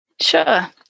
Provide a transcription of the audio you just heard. Sure